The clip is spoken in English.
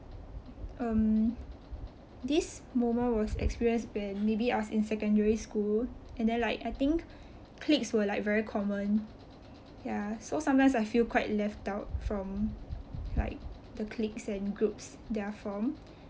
um this moment was experienced when maybe I was in secondary school and then like I think cliques were like very common ya so sometimes I feel quite left out from like the cliques and groups that are formed